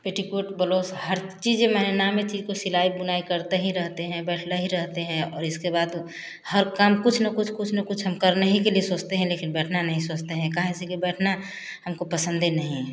petticoat blouse हर चीज़ें मने नामे चीज़ को सिलाई बुनाई करते ही रहते हैं बैठे रहते हैं और इसके बाद हर काम कुछ न कुछ कुछ न कुछ हम करने ही के लिए सोचते हैं लेकिन बैठना नहीं सोचते हैं काहे से की बैठना हमको पसंद ही नहीं है